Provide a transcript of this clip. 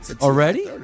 Already